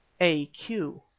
a q.